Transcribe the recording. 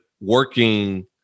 working